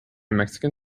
mexican